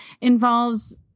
involves